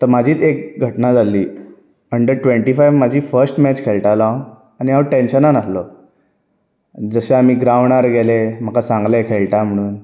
आतां म्हाजीत एक घटणा जाल्ली हण्ड्रेड ट्वॅण्टी फायव म्हाजी फस्ट मॅच खेळटालो हांव आनी हांव टॅन्शनान आहलो जशें आमी ग्रावंडार गेले म्हाका सांगलें खेळटा म्हणून